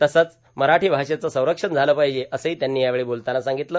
तसंच मराठी भाषेचं संरक्षण झालं पाहिजे असंही त्यांनी यावेळी बोलताना सांगितलं